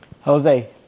Jose